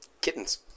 kittens